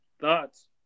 thoughts